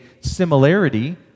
similarity